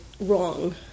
wrong